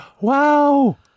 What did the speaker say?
wow